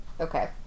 Okay